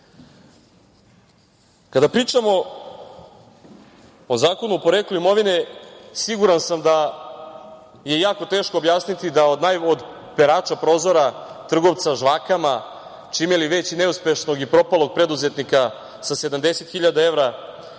delo? Kada pričamo o Zakonu o poreklu imovine, siguran sam da je jako teško objasniti da od perača prozora, trgovca žvakama, čime li već, neuspešnog i propalog preduzetnika sa 70.000 evra,